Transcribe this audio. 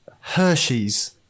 Hershey's